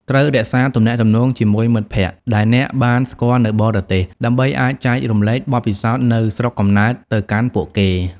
ត្រូវរក្សាទំនាក់ទំនងជាមួយមិត្តភក្តិដែលអ្នកបានស្គាល់នៅបរទេស ដើម្បីអាចចែករំលែកបទពិសោធន៍ នៅស្រុកកំណើតទៅកាន់ពួកគេ។